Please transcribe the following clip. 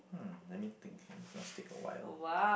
hmm let me think just take a while